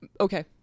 okay